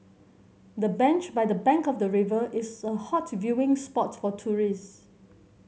the bench by the bank of the river is a hot viewing spot for tourist